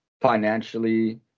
financially